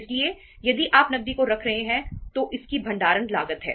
इसलिए यदि आप नकदी को रख रहे हैं तो इसकी भंडारण लागत है